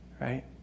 right